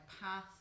path